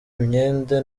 imyenda